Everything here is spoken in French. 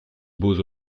beaux